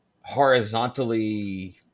horizontally